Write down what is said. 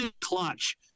clutch